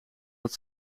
dat